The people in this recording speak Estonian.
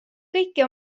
kõiki